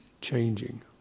changing